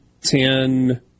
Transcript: ten